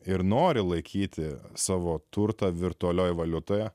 ir nori laikyti savo turtą virtualioji valiuta